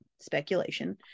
speculation